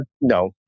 No